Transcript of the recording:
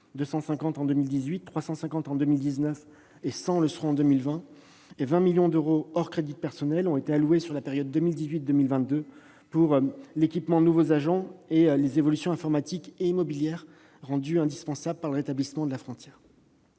été en 2018, 350 en 2019 et 100 le seront en 2020. Hors crédits de personnel, 20 millions d'euros ont été alloués sur la période 2018-2022 pour l'équipement des nouveaux agents et les évolutions informatiques et immobilières rendues indispensables par le rétablissement de la frontière.